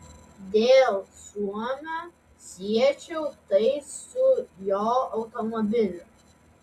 dėl suomio siečiau tai su jo automobiliu